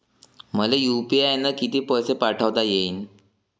मले यू.पी.आय न किती पैसा पाठवता येईन?